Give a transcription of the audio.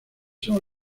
son